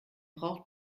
braucht